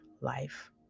life